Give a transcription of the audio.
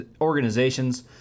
organizations